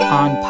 on